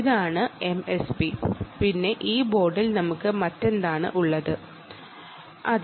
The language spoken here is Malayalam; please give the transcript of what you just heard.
ഇതാണ് എംഎസ്പി പിന്നെ ഈ ബോർഡിൽ നമുക്ക് മറ്റെന്താണ് ഉള്ളത് എന്ന് നോക്കാം